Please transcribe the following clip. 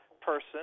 person